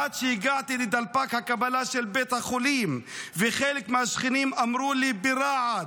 עד שהגעתי לדלפק הקבלה של בית החולים וחלק מהשכנים אמרו לי ברעד: